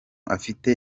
afite